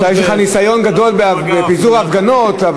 אתה יש לך ניסיון גדול בפיזור הפגנות,